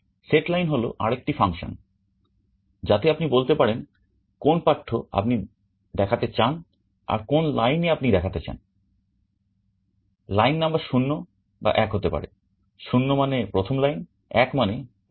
setLine হল আরেকটি function যাতে আপনি বলতে পারেন কোন পাঠ্য আপনি দেখাতে চান আর কোন লাইনে আপনি দেখাতে চান লাইন নাম্বার শূন্য বা এক হতে পারে শূন্য মানে প্রথম লাইন এক মানে দ্বিতীয় লাইন